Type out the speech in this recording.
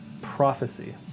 prophecy